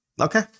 Okay